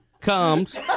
comes